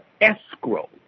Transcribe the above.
escrow